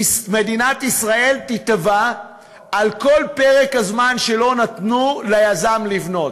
מדינת ישראל תיתבע על כל פרק הזמן שלא נתנו ליזם לבנות,